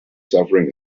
suffering